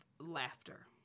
laughter